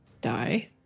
die